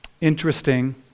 Interesting